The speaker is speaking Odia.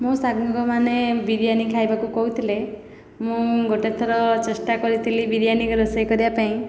ମୋ ସାଙ୍ଗମାନେ ବିରିୟାନି ଖାଇବାକୁ କହୁଥିଲେ ମୁଁ ଗୋଟିଏ ଥର ଚେଷ୍ଟା କରିଥିଲି ବିରିୟାନି ରୋଷେଇ କରିବା ପାଇଁ